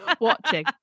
watching